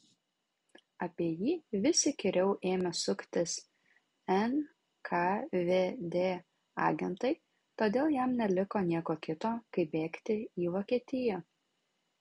apie jį vis įkyriau ėmė suktis nkvd agentai todėl jam neliko nieko kito kaip bėgti į vokietiją